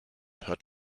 hört